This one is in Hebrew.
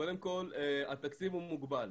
קודם כל התקציב הוא מוגבל.